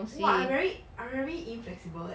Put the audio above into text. !wah! I very I very inflexible eh